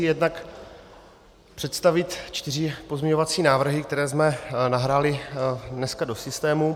Jednak představit čtyři pozměňovací návrhy, které jsme nahráli dneska do systému.